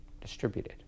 distributed